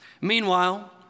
Meanwhile